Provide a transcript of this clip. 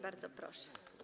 Bardzo proszę.